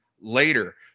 later